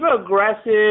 aggressive